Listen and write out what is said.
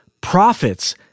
profits